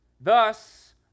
Thus